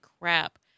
crap